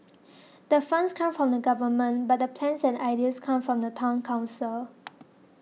the funds come from the Government but the plans and ideas come from the Town Council